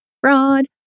Fraud